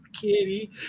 kitty